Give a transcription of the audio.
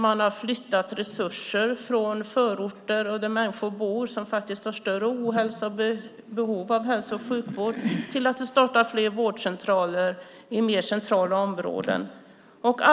Man har flyttat resurser från förorter där människor som faktiskt har större ohälsa och behov av hälso och sjukvård bor till att starta fler vårdcentraler i mer centrala områden.